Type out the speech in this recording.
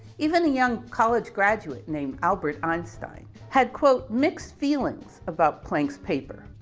even a young college graduate named albert einstein had quote mixed feelings about planck's paper.